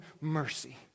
mercy